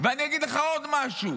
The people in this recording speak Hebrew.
אני אגיד לך עוד משהו,